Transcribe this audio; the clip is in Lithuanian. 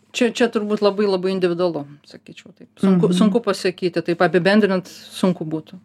čia čia turbūt labai labai individualu sakyčiau taip sunku sunku pasakyti taip apibendrinant sunku būtų